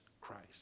Christ